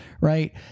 Right